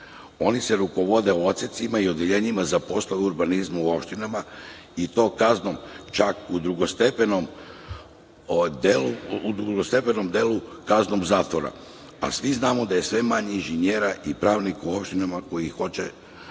oni se rukovode odsecima i odeljenjima za poslove urbanizma u opštinama i to čak u drugostepenom delu kaznom zatvora. Svi znamo da je sve manje inženjera i pravnika u opštinama koji hoće to